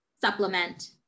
supplement